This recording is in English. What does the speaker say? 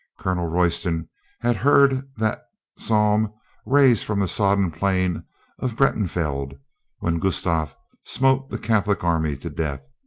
colonel royston had heard that psalm rise from the sodden plain of breitenfeld when gustavus smote the catholic army to death.